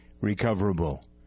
recoverable